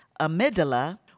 amygdala